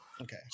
Okay